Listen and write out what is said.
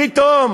פתאום